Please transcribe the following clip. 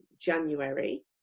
January